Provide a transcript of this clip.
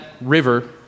river